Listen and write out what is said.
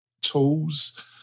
tools